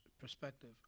perspective